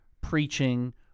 preaching